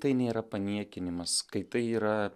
tai nėra paniekinimas kai tai yra